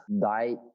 die